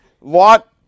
Lot